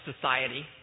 Society